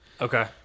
Okay